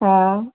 हा